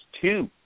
two